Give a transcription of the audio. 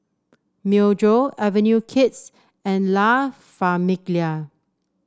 Myojo Avenue Kids and La Famiglia